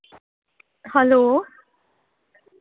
hello